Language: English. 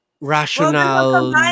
rational